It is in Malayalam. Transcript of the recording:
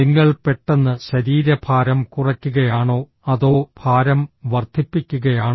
നിങ്ങൾ പെട്ടെന്ന് ശരീരഭാരം കുറയ്ക്കുകയാണോ അതോ ഭാരം വർദ്ധിപ്പിക്കുകയാണോ